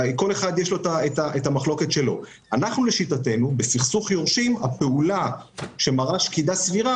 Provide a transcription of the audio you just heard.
הפעולה בסכסוך יורשים שמראה שקידה סבירה